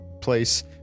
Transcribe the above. place